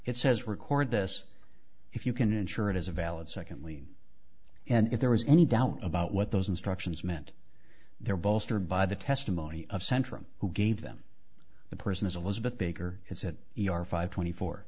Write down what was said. it says record this if you can ensure it is a valid secondly and if there was any doubt about what those instructions meant there boaster by the testimony of centrum who gave them the person as elizabeth baker and said you are five twenty four